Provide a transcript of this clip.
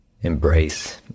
embrace